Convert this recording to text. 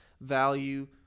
value